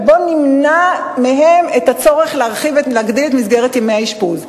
ובואו נמנע מהם את הצורך להרחיב ולהגדיל את מסגרת ימי האשפוז.